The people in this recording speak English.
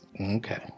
Okay